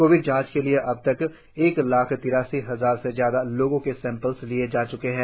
Covid जांच के लिए अब तक एक लाख तिरासी हजार से ज्यादा लोगो के सैंपल लिए जा च्के है